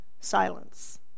silence